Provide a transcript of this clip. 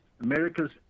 America's